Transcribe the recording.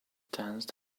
danced